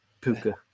Puka